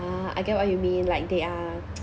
ah I get what you mean like they are